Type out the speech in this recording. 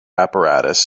apparatus